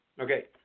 Okay